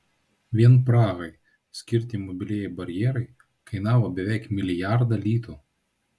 vien prahai skirti mobilieji barjerai kainavo beveik milijardą litų